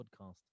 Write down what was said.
podcast